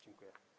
Dziękuję.